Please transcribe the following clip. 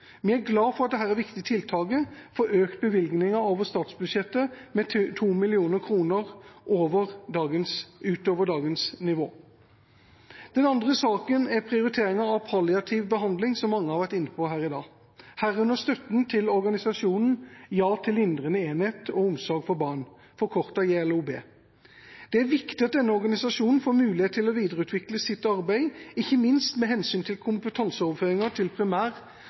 Vi er glad for at dette viktige tiltaket får økt bevilgningen over statsbudsjettet med 2 mill. kr utover dagens nivå. Den andre saken er, som mange har vært inne på i dag, prioriteringen av palliativ behandling, herunder støtten til organisasjonen Ja til lindrende enhet og omsorg for barn, JLOB. Det er viktig at denne organisasjonen får mulighet til å videreutvikle sitt arbeid, ikke minst med hensyn til kompetanseoverføring til primær-